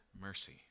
mercy